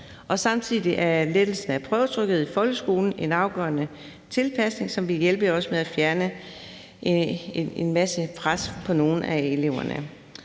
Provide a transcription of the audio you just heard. Samtidig er lettelsen af prøvetrykket i folkeskolen en afgørende tilpasning, som også vil hjælpe med at fjerne en masse pres på nogle af eleverne.